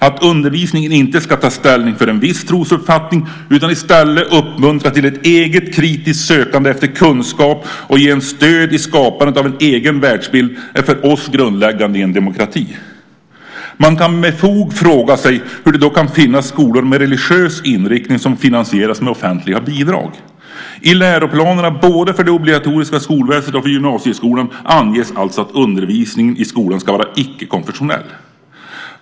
Att undervisningen inte ska ta ställning för en viss trosuppfattning utan i stället uppmuntra till ett eget kritiskt sökande efter kunskap och ge stöd i skapandet av en egen världsbild är för oss grundläggande i en demokrati. Man kan med fog fråga sig hur det då kan finnas skolor med religiös inriktning som finansieras med offentliga bidrag. I läroplanerna både för det obligatoriska skolväsendet och för gymnasieskolan anges alltså att undervisningen i skolan ska vara icke-konfessionell.